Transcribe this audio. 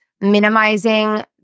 minimizing